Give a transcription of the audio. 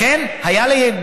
לכן היה לי,